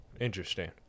Interesting